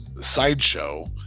sideshow